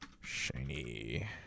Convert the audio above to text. Shiny